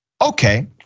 Okay